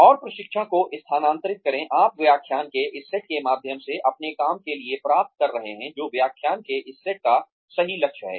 और प्रशिक्षण को स्थानांतरित करें आप व्याख्यान के इस सेट के माध्यम से अपने काम के लिए प्राप्त कर रहे हैं जो व्याख्यान के इस सेट का सही लक्ष्य है